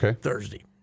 Thursday